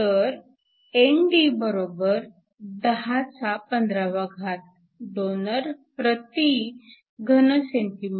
तर ND 1015 donor प्रति cm 3